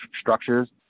structures